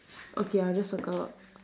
okay I'll just circle